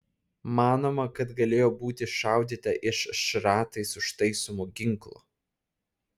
manoma kad galėjo būti šaudyta iš šratais užtaisomo ginklo